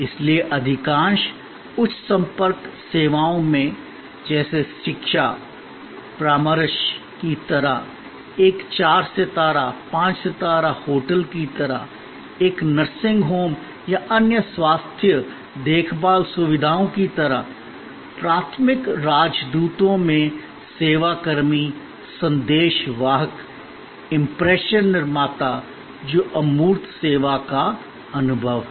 इसलिए अधिकांश उच्च संपर्क सेवाओं में जैसे शिक्षा परामर्श की तरह एक चार सितारा पांच सितारा होटल की तरह एक नर्सिंग होम या अन्य स्वास्थ्य देखभाल सुविधाओं की तरह प्राथमिक राजदूतों में सेवा कर्मी संदेश वाहक इंप्रेशन निर्माता जो अमूर्त सेवा का अनुभव है